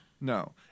No